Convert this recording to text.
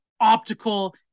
optical